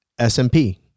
SMP